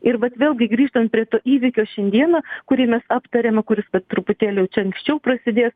ir vat vėlgi grįžtant prie to įvykio šiandieną kurį mes aptariame kuris vat truputėlį jau čia anksčiau prasidės